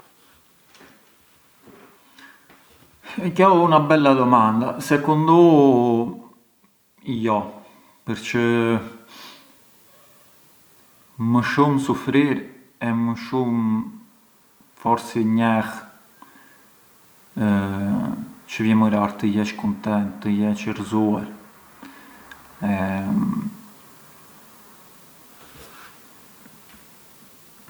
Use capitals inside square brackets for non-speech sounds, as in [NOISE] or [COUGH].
Kjo ë una bella domanda, secundu u jo, Përçë më shumë sufrir e më shumë forsi njeh çë vjemurar të jesh kuntent, të jesh i gëzuar e… [HESITATION]